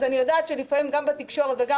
אז אני יודעת שלפעמים גם בתקשורת וגם